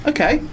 Okay